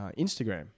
Instagram